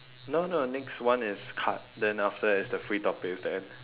no no next one is card then after that is the free topics the end